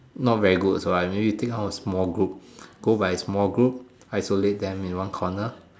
not very good so I don't need to think out of small group go by small group isolate them in one corner